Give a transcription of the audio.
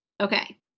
Okay